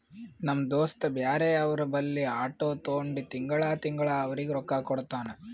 ನಮ್ ದೋಸ್ತ ಬ್ಯಾರೆ ಅವ್ರ ಬಲ್ಲಿ ಆಟೋ ತೊಂಡಿ ತಿಂಗಳಾ ತಿಂಗಳಾ ಅವ್ರಿಗ್ ರೊಕ್ಕಾ ಕೊಡ್ತಾನ್